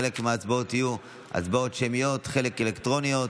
חלק מההצבעות יהיו שמיות, חלק אלקטרוניות.